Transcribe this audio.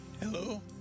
Hello